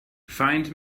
find